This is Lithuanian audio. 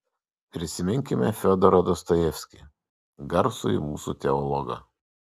prisiminkime fiodorą dostojevskį garsųjį mūsų teologą